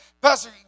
Pastor